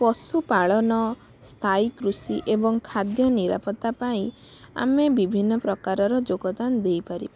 ପଶୁପାଳନ ସ୍ଥାୟୀ କୃଷି ଏବଂ ଖାଦ୍ୟ ନିରାପତ୍ତା ପାଇଁ ଆମେ ବିଭିନ୍ନ ପ୍ରକାରର ଯୋଗଦାନ ଦେଇପାରିବୁ